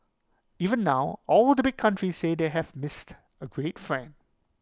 even now all the big countries say they have missed A great friend